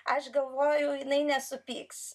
aš galvoju jinai nesupyks